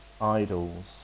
idols